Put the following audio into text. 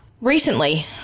Recently